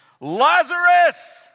Lazarus